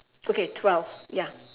okay twelve ya